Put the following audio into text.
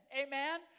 Amen